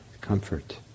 comfort